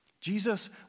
Jesus